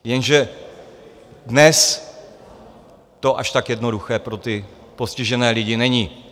Jenže dnes to až tak jednoduché pro ty postižené lidi není.